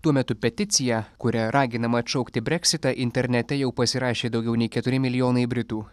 tuo metu peticiją kuria raginama atšaukti breksitą internete jau pasirašė daugiau nei keturi milijonai britų